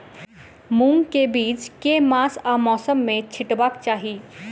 मूंग केँ बीज केँ मास आ मौसम मे छिटबाक चाहि?